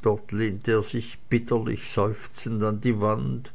dort lehnte er sich bitterlich seufzend an die wand